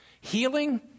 Healing